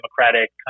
Democratic